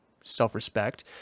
self-respect